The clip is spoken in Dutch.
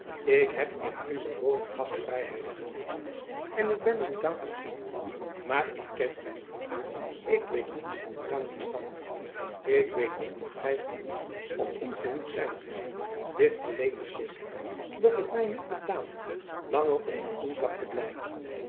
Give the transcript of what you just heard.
ik heb in uwe woning gastvrijheid genoten en ik ben er u dankbaar voor maar ik ken u niet ik weet niets van uw rang en stand ik weet niet of gij gehuwd of ongehuwd zijt dit alleen is zeker dat het mij niet betaamt langer onder uw dak te blijven